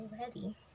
already